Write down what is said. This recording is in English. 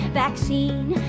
vaccine